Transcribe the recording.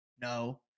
No